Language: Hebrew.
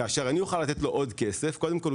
כאשר אני אוכל לתת לו עוד כסף קודם כל,